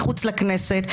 מחוץ לכנסת.